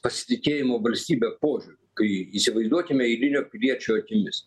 pasitikėjimo valstybe požiūriu kai įsivaizduokime eilinio piliečio akimis